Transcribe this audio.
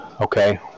okay